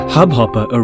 Hubhopper